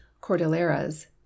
Cordilleras